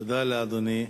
תודה לאדוני.